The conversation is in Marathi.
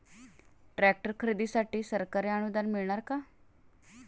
ट्रॅक्टर खरेदीसाठी सरकारी अनुदान मिळणार का?